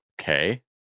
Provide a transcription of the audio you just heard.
Okay